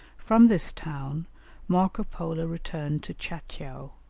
from this town marco polo returned to tcha-tcheou,